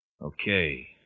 Okay